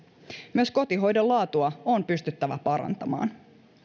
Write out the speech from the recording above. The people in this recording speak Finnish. myös kotihoidon laatua on pystyttävä parantamaan